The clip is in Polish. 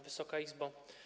Wysoka Izbo!